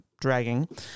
dragging